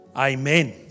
amen